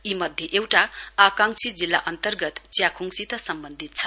यी मध्ये एउटा आकांक्षी जिल्ला अन्तर्गत च्याखुङसित सम्बन्धित छ